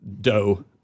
dough